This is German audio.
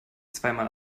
zweimal